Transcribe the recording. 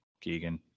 Keegan